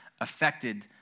affected